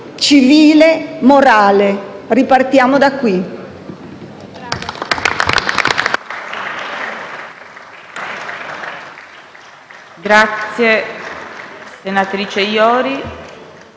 civile, morale. Ripartiamo da qui.